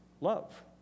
love